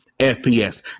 FPS